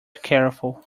careful